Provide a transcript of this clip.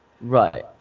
right